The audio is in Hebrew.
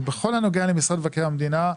בכל הנוגע למשרד מבקר המדינה,